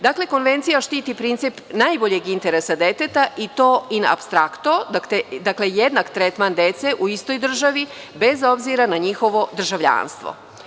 Dakle, Konvencija štiti princip najboljeg interesa deteta i to inapstrakto, dakle, jednak tretman dece u istoj državi bez obzira na njihovo državljanstvo.